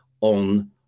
on